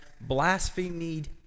blasphemed